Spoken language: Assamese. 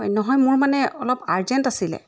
নহয় মোৰ মানে অলপ আৰ্জেণ্ট আছিলে